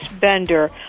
Bender